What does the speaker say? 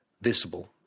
visible